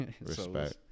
respect